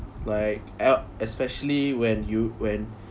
like l~ especially when you when